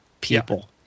People